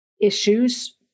issues